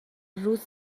روز